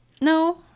No